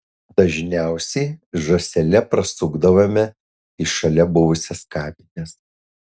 dažniausiai žąsele pasukdavome į šalia buvusias kapines